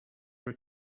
were